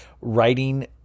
writing